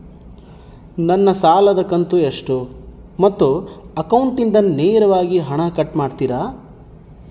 ನನ್ನ ಸಾಲದ ಕಂತು ಎಷ್ಟು ಮತ್ತು ಅಕೌಂಟಿಂದ ನೇರವಾಗಿ ಹಣ ಕಟ್ ಮಾಡ್ತಿರಾ?